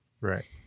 Right